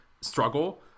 struggle